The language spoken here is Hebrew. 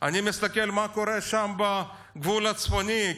אני מסתכל מה קורה בגבול הצפוני,